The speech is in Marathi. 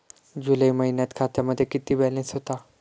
जुलै महिन्यात खात्यामध्ये किती बॅलन्स होता?